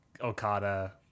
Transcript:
Okada